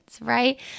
right